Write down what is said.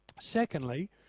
Secondly